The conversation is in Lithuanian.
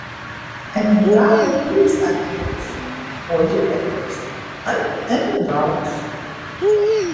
emigravę pyksta ant likusių o likę pyksta ant emigravusių